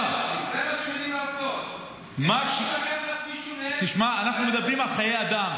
זה מה שהם יודעים לעשות --- אנחנו מדברים על חיי אדם.